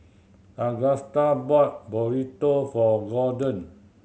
Agusta bought Burrito for Golden